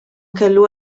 kellu